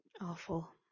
Awful